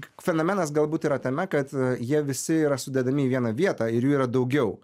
fenomenas galbūt yra tame kad jie visi yra sudedami į vieną vietą ir jų yra daugiau